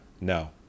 No